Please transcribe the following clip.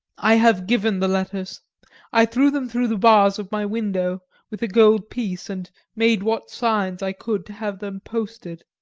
i have given the letters i threw them through the bars of my window with a gold piece, and made what signs i could to have them posted.